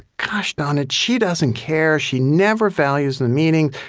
gosh darn it, she doesn't care. she never values the meeting.